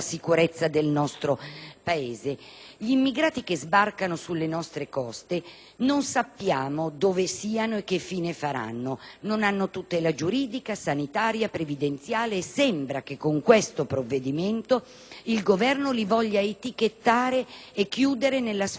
Gli immigrati che sbarcano sulle nostre coste non sappiamo dove siano e che fine faranno. Non hanno tutela giuridica, sanitaria e previdenziale, e sembra che con questo provvedimento il Governo li voglia etichettare e chiudere nella sfera della clandestinità,